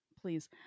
please